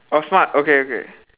oh smart okay okay